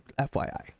FYI